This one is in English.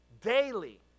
daily